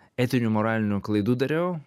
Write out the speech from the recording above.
etinių moralinių klaidų dariau